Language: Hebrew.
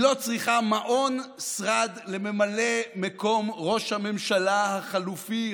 היא לא צריכה מעון שרד לממלא מקום ראש הממשלה החלופי,